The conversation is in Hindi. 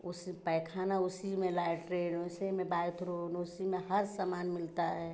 उसी में पैखाना उसी में लैट्रिन उसी में बाथरूम उसी में हर समान मिलता है